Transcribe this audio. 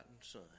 son